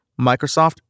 Microsoft